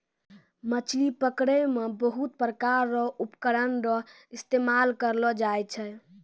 मछली पकड़ै मे बहुत प्रकार रो उपकरण रो इस्तेमाल करलो जाय छै